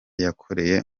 yakoreye